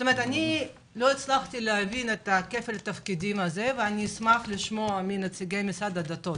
לא הצלחתי להבין את כפל התפקידים ואשמח לשמוע מנציגי משרד הדתות.